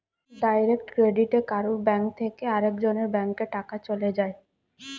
direct ক্রেডিটে কারুর bank থেকে আরেক জনের ব্যাংকে টাকা চলে যায়